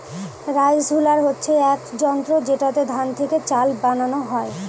rice huller হচ্ছে এক যন্ত্র যেটাতে ধান থেকে চাল বানানো হয়